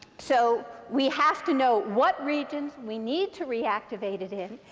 so we have to know what regions we need to reactivate it in.